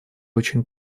очень